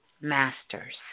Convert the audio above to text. masters